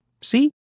See